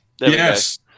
yes